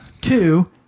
Two